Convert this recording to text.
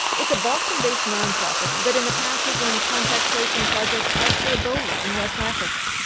it's a boston-based nonprofit that, in the past, has run contact tracing projects like for ebola in west africa.